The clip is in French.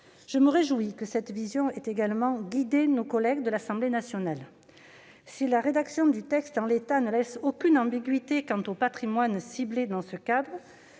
Je me réjouis que cette vision ait également guidé nos collègues de l'Assemblée nationale. Si, en l'état, la rédaction du texte ne laisse aucune ambiguïté quant au patrimoine ciblé dans ce cadre,